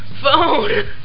PHONE